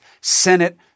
Senate